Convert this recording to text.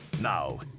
Now